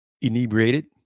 inebriated